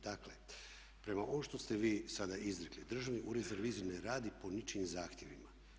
Dakle, prema ovome što ste vi sada izrekli Državni ured za reviziju ne radi po ničijim zahtjevima.